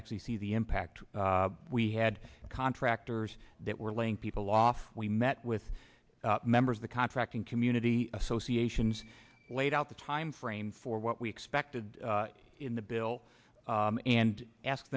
actually see the impact we had contractors that were laying people off we met with members of the contracting community associations laid out the time frame for what we expected in the bill and ask